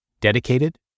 dedicated